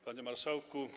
Panie Marszałku!